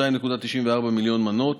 2.94 מיליון מנות.